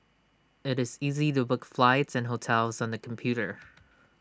IT is easy to book flights and hotels on the computer